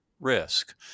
risk